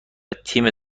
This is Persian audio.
تیم